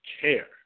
care